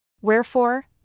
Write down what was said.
Wherefore